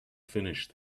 finish